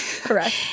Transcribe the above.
Correct